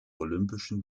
olympischen